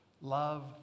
Love